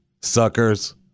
suckers